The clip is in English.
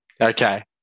Okay